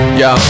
yo